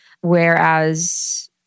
Whereas